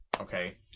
Okay